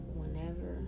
whenever